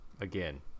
again